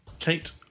Kate